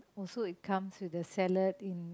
also it comes with a salad